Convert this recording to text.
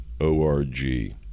O-R-G